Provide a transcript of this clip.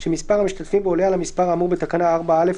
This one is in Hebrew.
שמספר המשתתפים בו עולה על המספר האמור בתקנה 4(א),